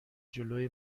جلوی